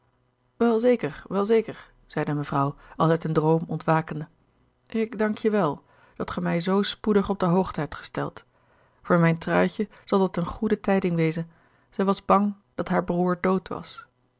wel zeker wel zeker zeide mevrouw als uit een droom ontwakende ik dank je wel dat ge mij zoo spoedig op de hoogte hebt gesteld voor mijn truitje zal dat eene goede tijding wezen zij was bang dat haar broer dood was